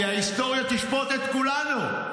כי ההיסטוריה תשפוט את כולנו.